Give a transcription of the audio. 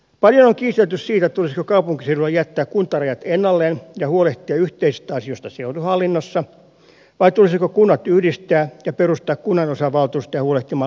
paljon on kiistelty siitä tulisiko kaupunkiseuduilla jättää kuntarajat ennalleen ja huolehtia yhteisistä asioista seutuhallinnossa vai tulisiko kunnat yhdistää ja perustaa kunnanosavaltuustoja huolehtimaan lähipalveluista